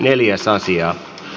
asia